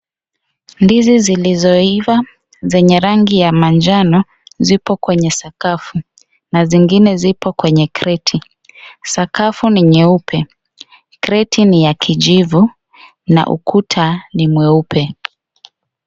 Ndizi zilizo iva zenye rangi ya manjano zipo kwenye sakafu na zingine zipo kwenye kreti sakafu ni nyeupe, kreti ni ya kijivu na ukuta ni mweupe.